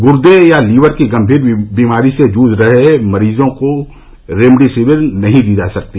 गूर्दे या लीवर की गंभीर बीमारी से जूझ रहे मरीजों को रेमडेसिविर नहीं दी जा सकती